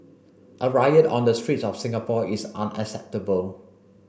a riot on the streets of Singapore is unacceptable